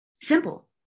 Simple